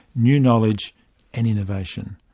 new knowledge and innovation.